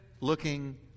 looking